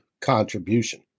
contribution